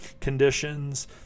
conditions